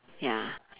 ya